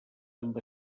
amb